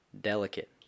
delicate